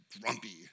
grumpy